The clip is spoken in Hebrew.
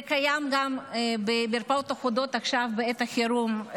זה קיים גם במרפאות אחודות עכשיו בעת החירום,